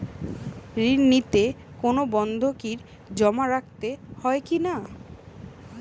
ঋণ নিতে কোনো বন্ধকি জমা রাখতে হয় কিনা?